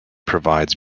provides